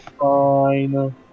Fine